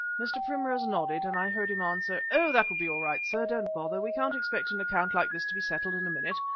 mr. primrose nodded, and i heard him answer oh, that will be all right, sir, don't bother. we can't expect an account like this to be settled in a minute.